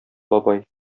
бабай